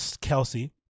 Kelsey